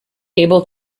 able